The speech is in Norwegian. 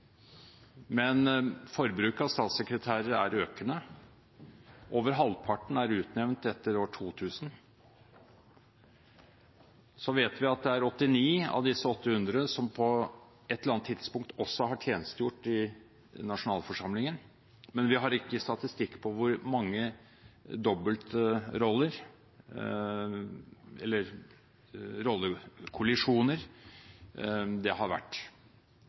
Forbruket av statssekretærer er økende. Over halvparten er utnevnt etter år 2000. Vi vet at 89 av disse 800 på ett eller annet tidspunkt også har tjenestegjort i nasjonalforsamlingen, men vi har ikke statistikk på hvor mange rollekollisjoner det har vært.